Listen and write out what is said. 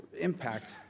impact